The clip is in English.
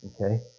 Okay